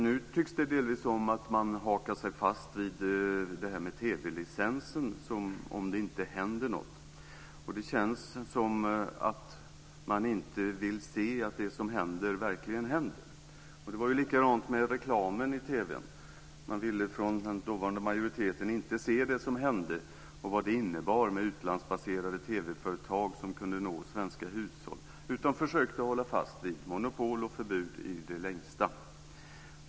Nu tycks det delvis som att man hakar sig fast vid TV-licensen som om det inte händer något. Det känns som att man inte vill se att det som händer verkligen händer. Det var likadant med reklamen i TV. Man ville från den dåvarande majoriteten inte se det som hände och vad det innebar - utlandsbaserade TV företag som kunde nå svenska hushåll - utan försökte hålla fast vid monopol och förbud i det längsta.